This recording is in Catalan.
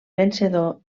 vencedor